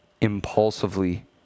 impulsively